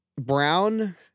Brown